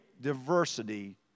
diversity